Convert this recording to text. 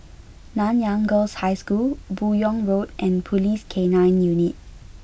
Nanyang Girls' High School Buyong Road and Police K nine Unit